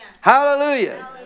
Hallelujah